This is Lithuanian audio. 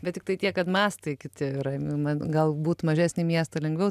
bet tiktai tiek kad mastai kiti yra galbūt mažesnį miestą lengviau